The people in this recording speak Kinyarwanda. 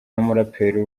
n’umuraperi